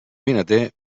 vinater